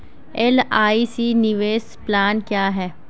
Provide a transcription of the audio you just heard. LIC निवेश plan क्या है?